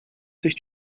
sich